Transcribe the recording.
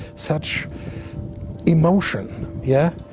such emotion. yeah,